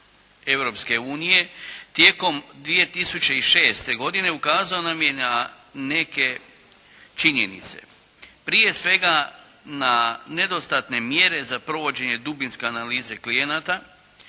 Europske unije tijekom 2006. godine ukazao nam je na neke činjenice. Prije svega na nedostatne mjere za provođenje dubinske analize klijenata,